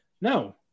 No